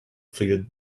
filled